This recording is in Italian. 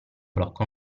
blocco